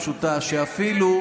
אני אתן לך דוגמה פשוטה שאפילו,